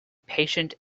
patient